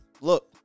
Look